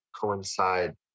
coincide